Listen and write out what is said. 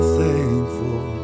thankful